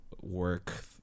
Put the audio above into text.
work